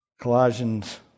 Colossians